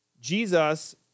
Jesus